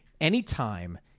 Anytime